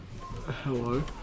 Hello